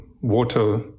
water